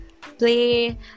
play